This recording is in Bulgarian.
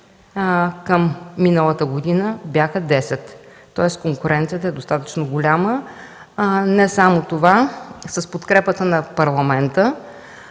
към миналата година бяха десет. Тоест конкуренцията е достатъчно голяма. Не само това. С подкрепата на Парламента